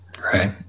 Right